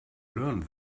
learned